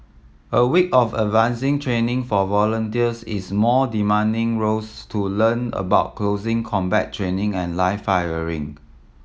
a week of advancing training for volunteers is more demanding roles to learn about closing combat training and live firing